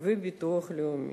וביטוח לאומי.